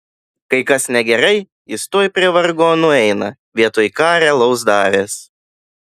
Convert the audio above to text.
kai kas negerai jis tuoj prie vargonų eina vietoj ką realaus daręs